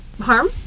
harm